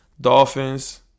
Dolphins